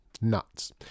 nuts